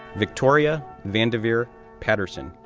victoria vandiver patterson,